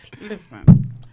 listen